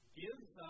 gives